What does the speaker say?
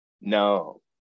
No